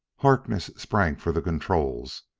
harkness sprang for the controls,